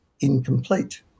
incomplete